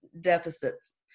deficits